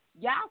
Y'all